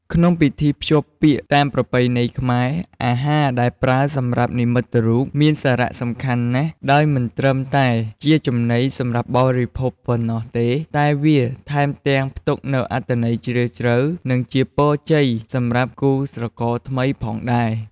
ក្នុងពិធីភ្ជាប់ពាក្យតាមប្រពៃណីខ្មែរ អាហារដែលប្រើសម្រាប់និមិត្តរូបមានសារៈសំខាន់ណាស់ដោយមិនត្រឹមតែជាចំណីសម្រាប់បរិភោគប៉ុណ្ណោះទេ តែវាថែមទាំងផ្ទុកនូវអត្ថន័យជ្រាលជ្រៅ និងជាពរជ័យសម្រាប់គូស្រករថ្មីផងដែរ។